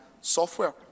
software